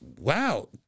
wow